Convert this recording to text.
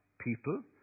people